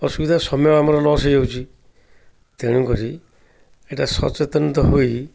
ଅସୁବିଧା ସମୟ ଆମର ଲସ୍ ହେଇ ଯାଉଛି ତେଣୁକରି ଏଇଟା ସଚେତନତା ହେଇ